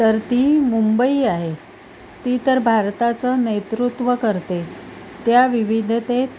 तर ती मुंबई आहे ती तर भारताचं नेतृत्व करते त्या विविधतेत